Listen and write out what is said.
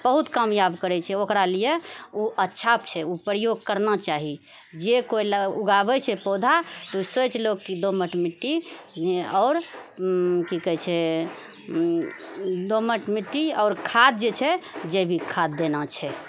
बहुत कामयाब करै छै ओकरा लिए उ अच्छा छै उ प्रयोग करना चाही जे कोइ उगाबै छै पौधा तऽ सोचि लौ कि दोमट मिट्टी आओर की कहै छै दोमट मिट्टी आओर खाद जे छै जैविक खाद देना छै